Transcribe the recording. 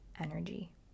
energy